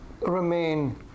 remain